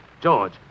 George